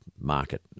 market